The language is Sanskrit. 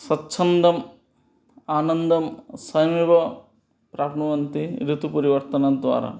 स्वच्छन्दम् आनदं स्वयमेव प्राप्नुवन्ति ऋतुपरिवर्तनद्वारा